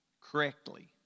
correctly